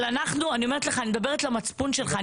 אבל אני מדברת למצפון שלך.